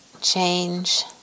change